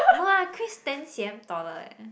no lah Chris ten C_M taller leh